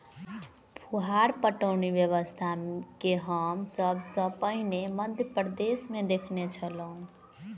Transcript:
फुहार पटौनी व्यवस्था के हम सभ सॅ पहिने मध्य प्रदेशमे देखने छलौं